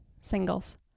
singles